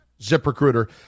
ZipRecruiter